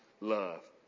love